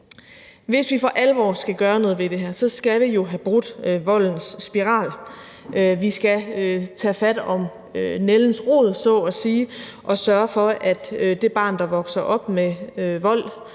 Hvis vi for alvor skal gøre noget ved det her, skal vi jo have brudt voldens spiral, vi skal tage fat om nældens rod så at sige, og sørge for, at det barn, der vokser op med vold